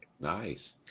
Nice